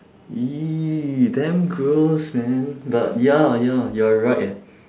!ee! damn gross man but ya ya you are right eh